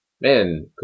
Man